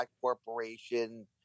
Corporation